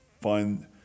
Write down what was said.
find